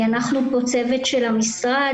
אנחנו כאן הצוות של המשרד,